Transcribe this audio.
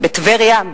בטבריה,